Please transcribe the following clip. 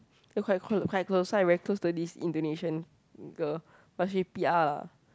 we're quite close quite close so I very close to this Indonesian girl but she p_r lah